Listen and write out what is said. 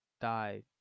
die